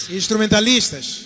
instrumentalistas